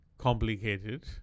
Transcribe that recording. complicated